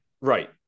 Right